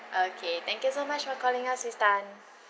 okay thank you so much for calling us miss tan